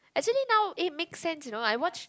actually now eh make sense you know I watch